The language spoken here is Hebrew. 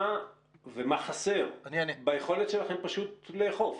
מה חסר ביכולת שלכם פשוט לאכוף,